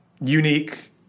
unique